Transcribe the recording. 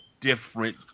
different